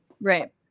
Right